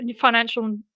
financial